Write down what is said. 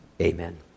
Amen